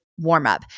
warmup